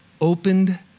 opened